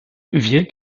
wir